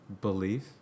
belief